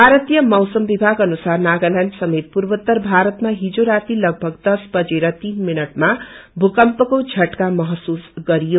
भारतीय मौसम विभाग अनुसार नागाल्याण्ड समेत पूर्वोत्तर भारतमा हिजो राती लगभग दश बजेर तीन मिनटमा भूकम्पको झटका महसूस गरियो